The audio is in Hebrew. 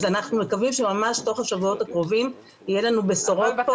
אז אנחנו מקווים שממש תוך השבועות הקרובים יהיו לנו בשורות טובות,